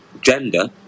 Gender